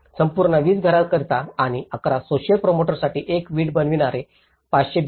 संपूर्ण 20 घरांकरिता आणि 11 सोसिअल प्रोमोटरसाठी एक वीट बनवणारे 582